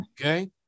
okay